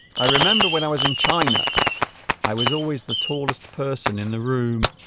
i remember when i was in china i was always the tallest person in the room